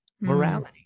morality